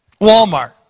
Walmart